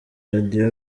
radio